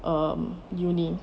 um uni